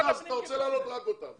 אתה רוצה להעלות רק אותם.